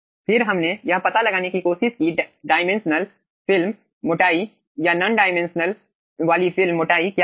फिर हमने यह पता लगाने की कोशिश की कि डाइमेंशनलेस फिल्म मोटाई या नॉन डायमेंशन वाली फिल्म मोटाई क्या है